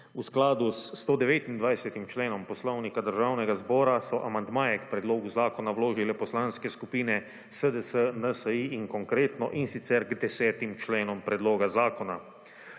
V skladu s 129. členom Poslovnika Državnega zbora so amandmaje k Predlogu zakona vložile Poslanske skupine SDS, NSi in Konkretno, in sicer k desetim členom Predloga zakona.